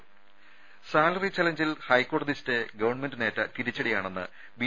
രുമ സാലറി ചലഞ്ചിൽ ഹൈക്കോടതി സ്റ്റേ ഗവൺമെന്റിനേറ്റ തിരിച്ചടിയാണെന്ന് ബി